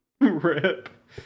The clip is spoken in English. Rip